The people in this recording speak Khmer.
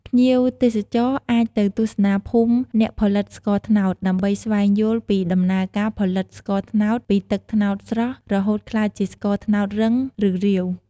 ភ្ញៀវទេសចរណ៍អាចទៅទស្សនាភូមិអ្នកផលិតស្ករត្នោត ដើម្បីស្វែងយល់ពីដំណើរការផលិតស្ករត្នោតពីទឹកត្នោតស្រស់ រហូតក្លាយជាស្ករត្នោតរឹង ឬរាវ។